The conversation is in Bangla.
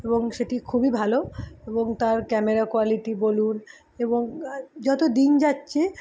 এবং সেটি খুবই ভালো এবং তার ক্যামেরা কোয়ালিটি বলুন এবং যত দিন যাচ্ছে